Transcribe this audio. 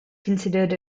considered